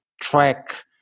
track